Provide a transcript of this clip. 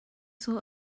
saw